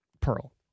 Pearl